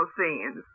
scenes